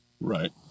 Right